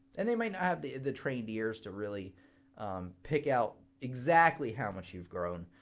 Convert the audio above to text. and they might not have the the trained ears to really pick out exactly how much you've grown.